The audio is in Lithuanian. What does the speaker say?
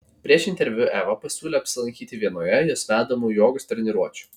prieš interviu eva pasiūlė apsilankyti vienoje jos vedamų jogos treniruočių